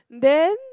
then